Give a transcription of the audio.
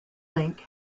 link